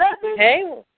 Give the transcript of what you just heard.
Hey